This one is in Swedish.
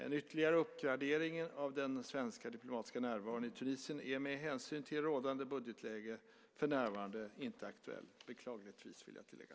En ytterligare uppgradering av den svenska diplomatiska närvaron i Tunisien är, med hänsyn till rådande budgetläge, för närvarande inte aktuell, beklagligtvis, vill jag tillägga.